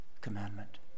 commandment